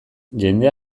jendea